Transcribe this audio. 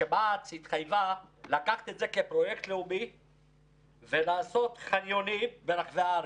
כשמע"צ התחייבה לקחת את זה כפרויקט לאומי ולעשות חניונים ברחבי הארץ.